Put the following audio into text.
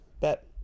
Bet